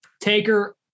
Taker